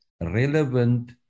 relevant